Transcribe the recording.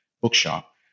bookshop